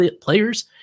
players